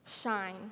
Shine